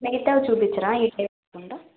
మిగతావి చూపించరా ఈ టైప్ కాకుండా